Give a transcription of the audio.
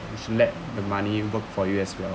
you should let the money work for you as well